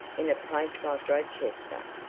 in a place like rochester,